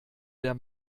der